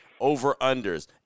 over-unders